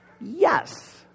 yes